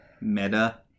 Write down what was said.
Meta